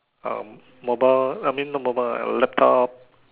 uh mobile I mean not mobile a laptop